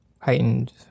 heightened